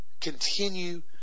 Continue